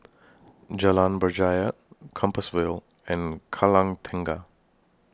Jalan Berjaya Compassvale and Kallang Tengah